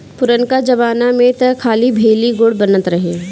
पुरनका जमाना में तअ खाली भेली, गुड़ बनत रहे